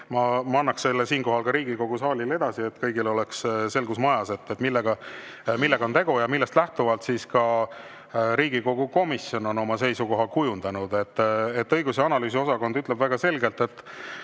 Ma annan selle sisu siinkohal ka Riigikogu saalile edasi, et kõigil oleks selgus majas, millega on tegu ja millest lähtuvalt Riigikogu komisjon on oma seisukoha kujundanud. Õigus- ja analüüsiosakond ütleb väga selgelt, et